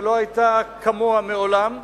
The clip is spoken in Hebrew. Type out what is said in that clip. שלא היתה כמוה מעולם,